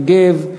יוגב,